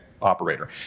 Operator